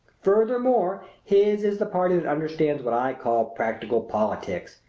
furthermore his is the party that understands what i call practical politics.